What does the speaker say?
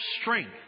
strength